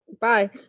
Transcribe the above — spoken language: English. bye